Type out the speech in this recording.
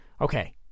Okay